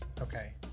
Okay